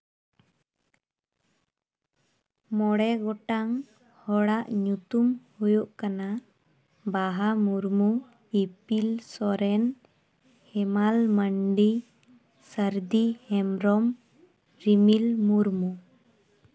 ᱢᱚᱬᱮ ᱜᱚᱴᱟᱝ ᱦᱚᱲᱟᱜ ᱧᱩᱛᱩᱢ ᱦᱩᱭᱩᱜ ᱠᱟᱱᱟ ᱵᱟᱦᱟ ᱢᱩᱨᱢᱩ ᱤᱯᱤᱞ ᱥᱚᱨᱮᱱ ᱦᱮᱢᱟᱞ ᱢᱟᱱᱰᱤ ᱥᱟᱨᱫᱤ ᱦᱮᱢᱵᱨᱚᱢ ᱨᱤᱢᱤᱞ ᱢᱩᱨᱢᱩ